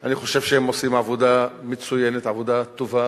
אני חושב שהם עושים עבודה מצוינת, עבודה טובה,